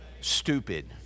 stupid